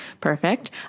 Perfect